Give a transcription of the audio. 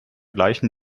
gleichen